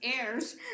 airs